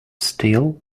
still